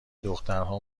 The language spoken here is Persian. دخترها